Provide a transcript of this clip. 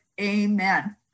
amen